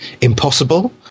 impossible